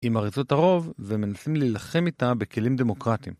עם ארצות הרוב, ומנסים ללחם איתה בכלים דמוקרטיים.